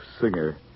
Singer